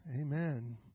amen